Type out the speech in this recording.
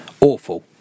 Awful